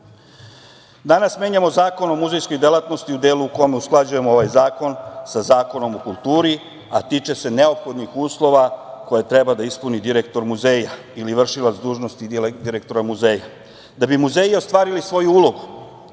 Danas menjamo Zakon o muzejskoj delatnosti u delu u kome usklađujemo ovaj zakon sa Zakonom o kulturi, a tiče se neophodnih uslova koje treba da ispuni direktor muzeja ili vršilac dužnosti direktora muzeja. Da bi muzeji ostvarili svoju ulogu